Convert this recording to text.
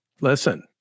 listen